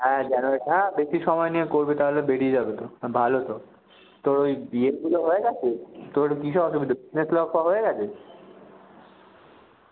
হ্যাঁ জানুয়ারিতে হ্যাঁ বেশি সময় নিয়ে করবি তাহলে বেরিয়ে যাবে তো হ্যাঁ ভালো তো তো ওই ইয়েগুলো হয়ে গেছে তোর কীসে অসুবিধে হচ্ছে সেট ল ফ হয়ে গেছে